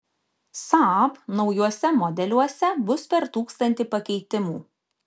saab naujuose modeliuose bus per tūkstantį pakeitimų